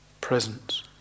Presence